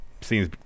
seems